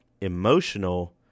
emotional